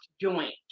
joint